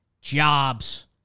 jobs